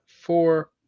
four